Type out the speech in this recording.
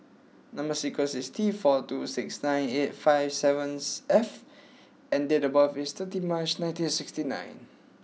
number sequence is T four two six nine eight five sevens F and date of birth is thirty March nineteen and sixty nine